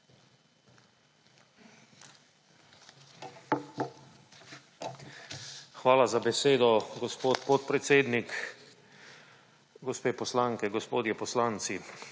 Hvala za besedo, gospod podpredsednik. Gospe poslanke, gospodje poslanci.